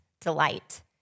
delight